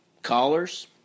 callers